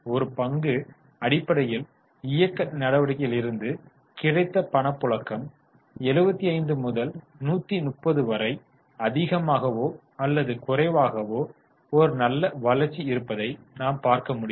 ஒரு பங்கு அடிப்படையில் இயக்க நடவடிக்கையிலிருந்து கிடைத்த பணப்புழக்கம் 75 முதல் 130 வரை அதிகமாகவோ அல்லது குறைவாகவோ ஒரு நல்ல வளர்ச்சி இருப்பதை நாம் பார்க்க முடிகிறது